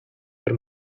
per